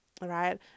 right